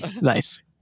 nice